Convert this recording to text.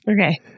okay